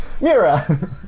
Mira